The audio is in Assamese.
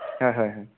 হয় হয় হয়